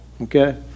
Okay